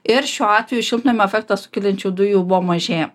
ir šiuo atveju šiltnamio efektą sukeliančių dujų buvo mažėja